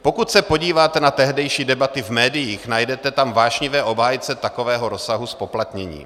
Pokud se podíváte na tehdejší debaty v médiích, najdete tam vášnivé obhájce takového rozsahu zpoplatnění.